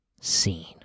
seen